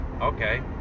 okay